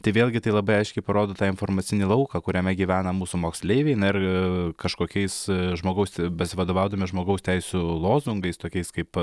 tai vėlgi tai labai aiškiai parodo tą informacinį lauką kuriame gyvena mūsų moksleiviai na ir kažkokiais žmogaus besivadovaudami žmogaus teisių lozungais tokiais kaip